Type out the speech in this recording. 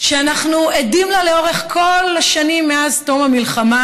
שאנחנו עדים לה לאורך כל השנים מאז תום המלחמה,